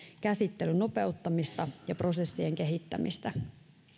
käsittelyn nopeuttamista ja prosessien kehittämistä